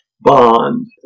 bond